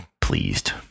pleased